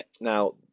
Now